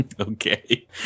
okay